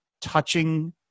touching